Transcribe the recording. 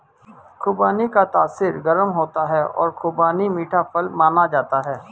खुबानी का तासीर गर्म होता है और खुबानी मीठा फल माना जाता है